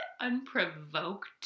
unprovoked